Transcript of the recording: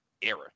era